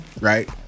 right